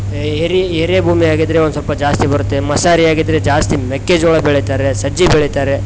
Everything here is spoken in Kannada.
ಎರೆ ಎರೆ ಭೂಮಿ ಆಗಿದ್ದರೆ ಒಂದು ಸ್ವಲ್ಪ ಜಾಸ್ತಿ ಬರುತ್ತೆ ಮಸಾರಿ ಆಗಿದ್ದರೆ ಜಾಸ್ತಿ ಮೆಕ್ಕೆಜೋಳ ಬೆಳಿತಾರೆ ಸಜ್ಜೆ ಬೆಳಿತಾರೆ